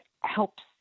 helps –